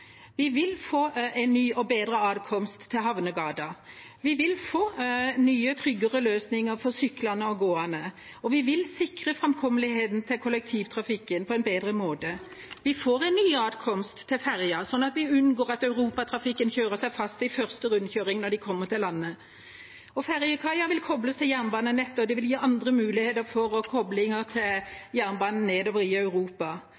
Vi vil få en ny og bedre atkomst til Havnegata. Vi vil få nye, tryggere løsninger for syklende og gående, og vi vil sikre framkommeligheten til kollektivtrafikken på en bedre måte. Vi får en ny atkomst til ferjene, slik at vi unngår at europatrafikken kjører seg fast i første rundkjøring når de kommer til landet. Ferjekaier vil kobles til jernbanenettet, og det vil gi andre muligheter for å koble til jernbanen nedover i Europa.